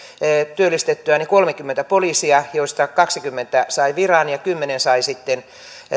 työllistettyä kolmekymmentä poliisia joista kaksikymmentä sai viran ja kymmenen sai